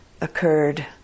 occurred